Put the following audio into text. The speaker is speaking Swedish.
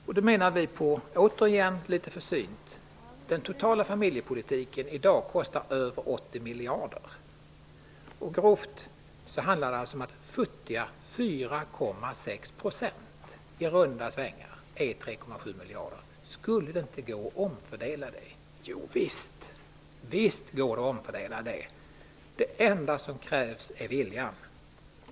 Vi påpekar, återigen litet försynt: Den totala familjepolitiken kostar i dag över 80 miljarder. Grovt räknat utgör 3,7 miljarder futtiga 4,6 % av detta. Skulle det inte gå att göra en omfördelning? Jo, visst går det att omfördela! Det enda som krävs är vilja.